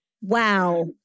wow